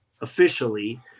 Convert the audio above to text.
officially